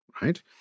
right